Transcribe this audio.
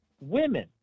women